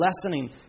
lessening